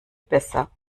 besser